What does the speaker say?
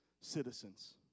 citizens